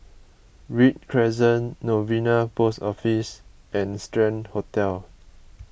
Read Crescent Novena Post Office and Strand Hotel